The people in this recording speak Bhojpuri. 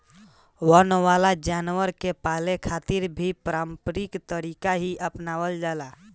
वन वाला जानवर के पाले खातिर भी पारम्परिक तरीका ही आपनावल जाला